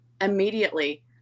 immediately